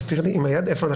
13,681 עד 13,700, מי בעד?